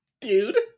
Dude